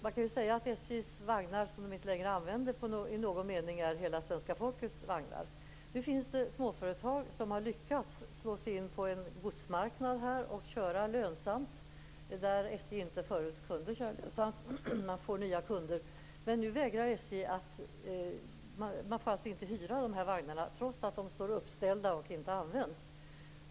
Man kan säga att de vagnar som SJ inte längre använder är i någon mening hela svenska folkets vagnar. Det finns småföretag som har lyckats slå sig in och köra lönsamt på en godstransportmarknad där SJ inte kunnat klara detta. De har fått nya kunder. Men nu vägrar SJ att hyra ut de här vagnarna, trots att de står uppställda utan att användas.